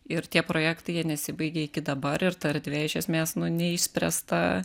ir tie projektai jie nesibaigia iki dabar ir ta erdvė iš esmės nu neišspręsta